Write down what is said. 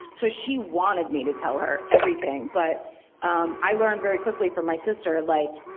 so she wanted me to tell her everything but um i learned very quickly from my sister, like